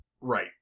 Right